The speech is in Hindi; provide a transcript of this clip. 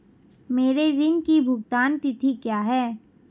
मेरे ऋण की भुगतान तिथि क्या है?